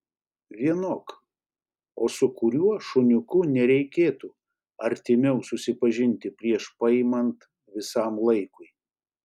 vienok o su kuriuo šuniuku nereikėtų artimiau susipažinti prieš paimant visam laikui